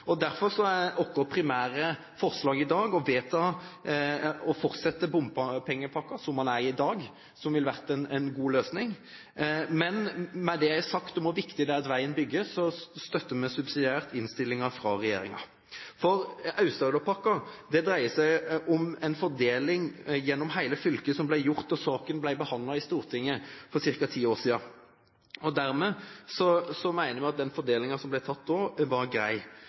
høringene. Derfor er vårt primære forslag i dag å videreføre bompengepakka som den er i dag, som vil være en god løsning. Men når det er sagt, er det viktig at veien bygges, og vi støtter subsidiært innstillingen. Aust-Agderpakka dreier seg om en fordeling i hele fylket, og saken ble behandlet i Stortinget for ca. ti år siden. Vi mener at den fordelingen som da ble gjort, var grei.